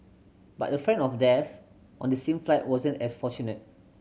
but a friend of theirs on the same flight wasn't as fortunate